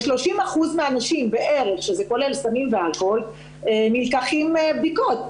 ל-30% מהנשים שזה כולל סמים ואלכוהול נלקחות בדיקות.